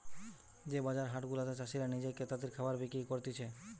যে বাজার হাট গুলাতে চাষীরা নিজে ক্রেতাদের খাবার বিক্রি করতিছে